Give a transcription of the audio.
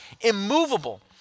immovable